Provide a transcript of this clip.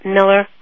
Miller